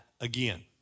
again